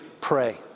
pray